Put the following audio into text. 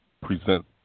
present